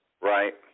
Right